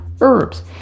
Herbs